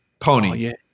pony